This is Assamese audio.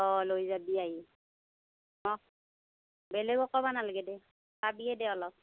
অঁ লৈ যাবি আহি মই বেলেগক ক'বা নালগে দে পাবিয়ে দে অলপ